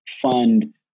fund